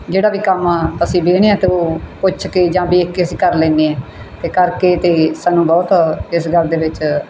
ਜਿਹੜਾ ਵੀ ਕੰਮ ਆ ਅਸੀਂ ਵੇਖਨੇ ਹਾਂ ਅਤੇ ਉਹ ਪੁੱਛ ਕੇ ਜਾਂ ਵੇਖ ਕੇ ਅਸੀਂ ਕਰ ਲੈਂਦੇ ਹਾਂ ਅਤੇ ਕਰਕੇ ਤਾਂ ਸਾਨੂੰ ਬਹੁਤ ਇਸ ਗੱਲ ਦੇ ਵਿੱਚ